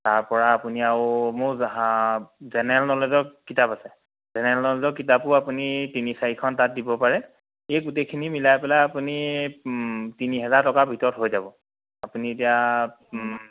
তাৰপৰা আপুনি আৰু মোৰ জেনেৰেল ন'লেজৰ কিতাপ আছে জেনেৰেল ন'লেজৰ কিতাপো আপুনি এই তিনি চাৰিখন তাত দিব পাৰে এই গোটেইখিনি মিলাই পেলাই আপুনি তিনি হাজাৰ টকাৰ ভিতৰত হৈ যাব আপুনি এতিয়া